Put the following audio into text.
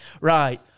Right